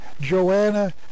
Joanna